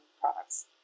products